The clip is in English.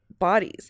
bodies